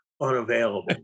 unavailable